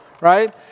Right